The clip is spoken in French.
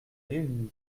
réunie